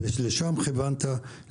לשם כיוונת,